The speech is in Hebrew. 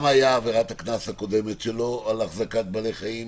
מה הייתה עבירת הקנס הקודמת שלו על החזקת בעלי חיים